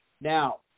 Now